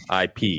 IP